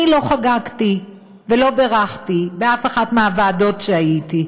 אני לא חגגתי ולא בירכתי באף אחת מהוועדות שהייתי.